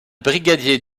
brigadier